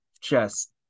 Just-